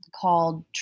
called